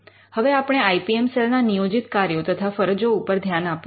હવે આપણે I P M cell ના નિયોજિત કાર્યો તથા ફરજો ઉપર ધ્યાન આપીએ